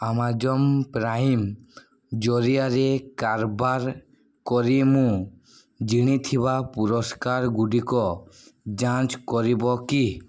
Amazon Prime ଜରିଆରେ କାରବାର କରି ମୁଁ ଜିଣିଥିବା ପୁରସ୍କାର ଗୁଡ଼ିକ ଯାଞ୍ଚ କରିବ କି